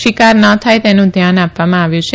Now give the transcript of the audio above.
શિકાર ન થાય તેનું ધ્યાન આપવામાં આવ્યું છે